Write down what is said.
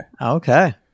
Okay